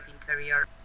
Interior